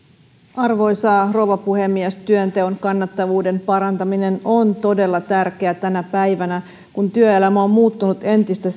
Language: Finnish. arvoisa rouva puhemies työnteon kannattavuuden parantaminen on todella tärkeää tänä päivänä kun työelämä on muuttunut entistä